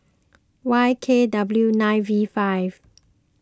Y K W nine V five